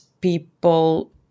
people